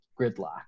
gridlock